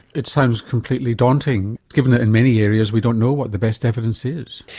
it sounds completely daunting given that in many areas we don't know what the best evidence is.